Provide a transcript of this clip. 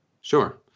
Sure